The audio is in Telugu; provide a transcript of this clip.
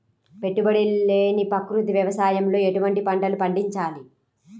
పెట్టుబడి లేని ప్రకృతి వ్యవసాయంలో ఎటువంటి పంటలు పండించాలి?